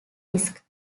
risk